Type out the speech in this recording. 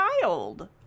child